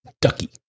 Ducky